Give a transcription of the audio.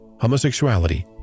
Homosexuality